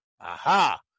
Aha